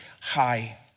high